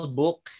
book